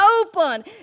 open